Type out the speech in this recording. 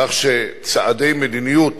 כך שצעדי מדיניות